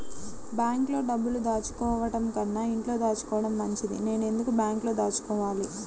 బ్యాంక్లో డబ్బులు దాచుకోవటంకన్నా ఇంట్లో దాచుకోవటం మంచిది నేను ఎందుకు బ్యాంక్లో దాచుకోవాలి?